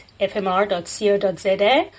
fmr.co.za